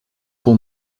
vol